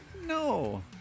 No